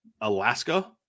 Alaska